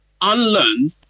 unlearn